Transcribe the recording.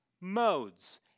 modes